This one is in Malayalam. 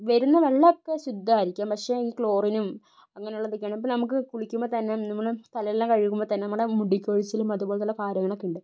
വരുന്ന വെള്ളം ഒക്കെ ശുദ്ധമായിരിക്കും പക്ഷെ ഈ ക്ലോറിനും അങ്ങനെയുള്ളതൊക്കെ അപ്പം നമുക്ക് കുളിക്കുമ്പോൾ തന്നെ നമ്മള് തല എല്ലാം കഴുകുമ്പോൾ തന്നെ നമ്മടെ മുടി കൊഴിച്ചിലും അത്പോലെ ഉള്ള കാര്യങ്ങളൊക്കെ ഉണ്ട്